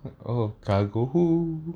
oh cargo who